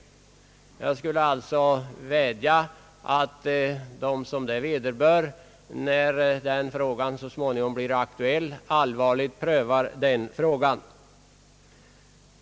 Jag skulle vilja vädja till dem det vederbör att när det blir aktuellt allvarligt pröva den frågan.